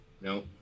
No